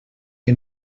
que